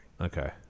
Okay